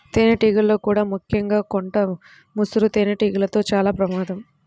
తేనెటీగల్లో కూడా ముఖ్యంగా కొండ ముసురు తేనెటీగలతో చాలా ప్రమాదం